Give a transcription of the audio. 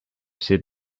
said